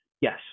yes